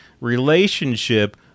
relationship